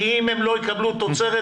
כי אם הם לא יקבלו תוצרת,